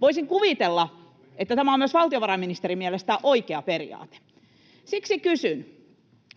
Voisin kuvitella, että tämä on myös valtiovarainministerin mielestä oikea periaate. Siksi kysyn: